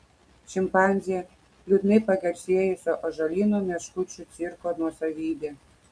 šimpanzė liūdnai pagarsėjusio ąžuolyno meškučių cirko nuosavybė